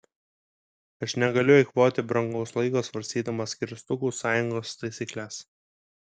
aš negaliu eikvoti brangaus laiko svarstydamas kirstukų sąjungos taisykles